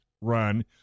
run